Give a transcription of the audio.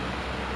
ya